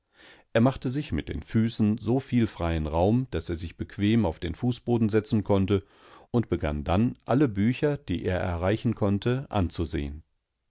er machte sich mit den füßen so viel freien raum daß er sich bequem auf den fußboden setzen konnte und begann dann alle bücher die er erreichen konnte anzusehen